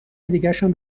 دیگشم